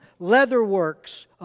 leatherworks